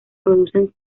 producen